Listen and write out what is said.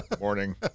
Morning